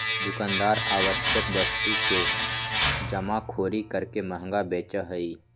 दुकानदार आवश्यक वस्तु के जमाखोरी करके महंगा बेचा हई